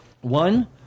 One